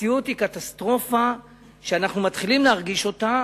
המציאות היא קטסטרופה שאנחנו מתחילים להרגיש אותה.